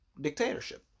dictatorship